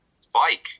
Spike